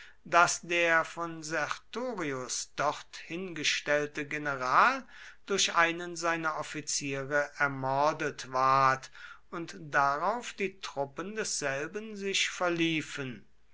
daß der von sertorius dort hingestellte general durch einen seiner offiziere ermordet ward und darauf die truppen desselben sich verliefen